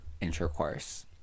intercourse